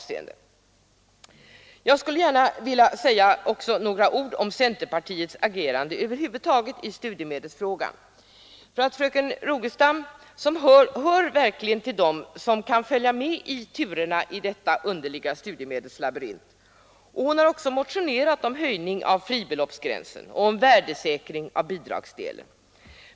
Sedan vill jag också säga några ord om centerpartiets agerande i studiemedelsfrågan över huvud taget. Fröken Rogestam hör verkligen till dem som kan hänga med i turerna i denna underliga studiemedelslabyrint. Hon har också motionerat om en höjning av fribeloppsgränsen och om värdesäkring av bidragsdelen.